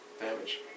damage